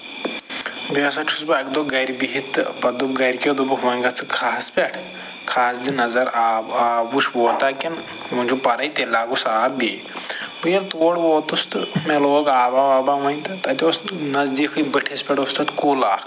بیٚیہِ ہسا چھُس بہٕ اَکہِ دۄہ گرِ بِہِتھ تہٕ پَتہٕ دوٚپ گرِکٮ۪و دوٚپُکھ وۅنۍ گژھ ژٕ کھاہَس پٮ۪ٹھ کھاہَس دِ نَظر آب آو وُچھ ووٚتا کِنہٕ وُنہِ چھُ پَرے تَیٚلہِ لاگُس آب بیٚیہِ بہٕ ییٚلہِ تور ووٚتُس تہٕ مےٚ لوگ آبا وابا وۅنۍ تہٕ تَتہِ اوس نٔزدیٖکٕے بٔٹھِس پٮ۪ٹھ اوس تَتہِ کُل اَکھ